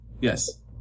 Yes